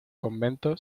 convento